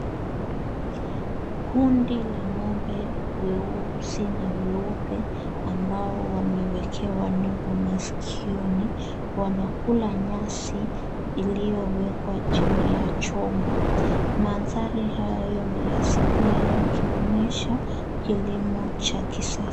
Kundi la ng'ombe weusi na weupe ambao wamewekewa nembo maskioni wanakula nyasi iliyowekwa chini ya chombo. Mandhari hayo ni asilia yakionyesha kilimo cha kisasa.